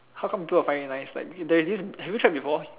how come people will find it nice like there's this have you tried before